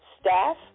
staff